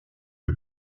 eux